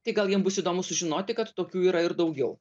tai gal jiem bus įdomu sužinoti kad tokių yra ir daugiau